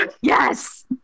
Yes